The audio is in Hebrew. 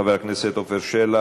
בבקשה, חבר הכנסת עפר שלח.